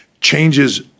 changes